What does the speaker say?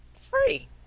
free